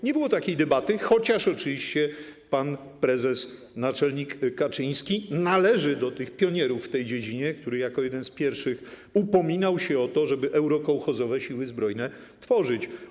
Nie było takiej debaty, chociaż oczywiście pan prezes, naczelnik Kaczyński należy do pionierów w tej dziedzinie, którzy jako jedni z pierwszych upominali się o to, żeby eurokołchozowe siły zbrojne tworzyć.